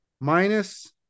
Minus